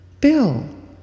Bill